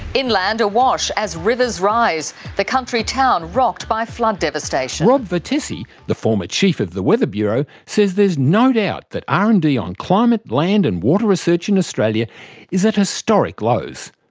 inland awash as rivers arise. the country town rocked by flood devastation. rob vertessy, the former chief of the weather bureau, says there's no doubt that r and d on climate, land and water research in australia is at historic lows.